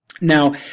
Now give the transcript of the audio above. Now